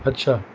અચ્છા